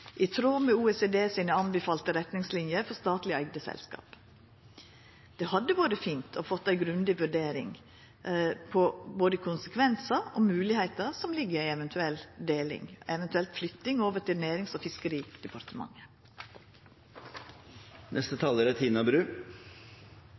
i tråd med OECD sine anbefalte retningslinjer for statleg eigde selskap. Det hadde vore fint å få ei grundig vurdering av både konsekvensar og moglegheiter som ligg i ei eventuell deling, eventuelt flytting over til Nærings- og